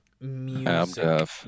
Music